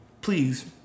Please